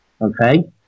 Okay